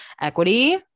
equity